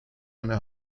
eine